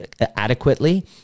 adequately